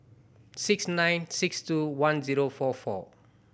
six nine six two one zero four four